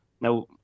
Now